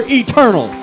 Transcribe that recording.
eternal